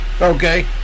okay